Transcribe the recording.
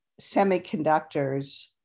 semiconductors